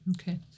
Okay